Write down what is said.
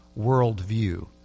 worldview